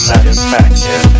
Satisfaction